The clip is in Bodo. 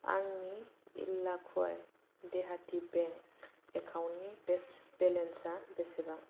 आंनि इल्लाकुवाइ देहाथि बेंक एकाउन्ट नि बेलेन्सा बेसेबां